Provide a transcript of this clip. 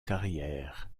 carrière